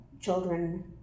children